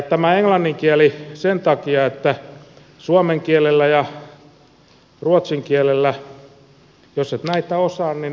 tämä englannin kieli sen takia että suomen kielellä ja ruotsin kielellä jos et näitä osaa niin et ole voinut näihin perehtyä